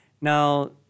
Now